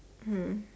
mm